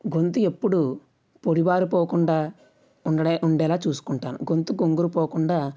గొంతు ఎప్పుడూ పొడి బారి పోకుండా ఉండే ఉండేలా చూసుకుంటాను గొంతు బొంగురు పోకుండా